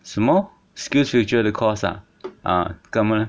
什么 skillsfuture 的 course ah ah 干嘛呢